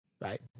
right